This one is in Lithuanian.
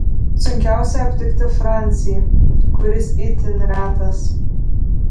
sunkiausia aptikti francį kuris itin retas